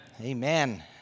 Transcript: Amen